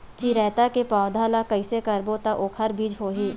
चिरैता के पौधा ल कइसे करबो त ओखर बीज होई?